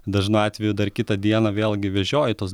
dažnu atveju dar kitą dieną vėlgi vežioji tuos